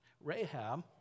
Rahab